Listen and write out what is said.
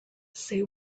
say